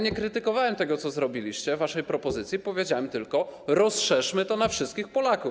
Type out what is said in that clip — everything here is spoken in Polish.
Nie krytykowałem tego, co zrobiliście, waszej propozycji, powiedziałem tylko: rozszerzmy to na wszystkich Polaków.